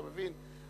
אתה מבין?